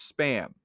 spam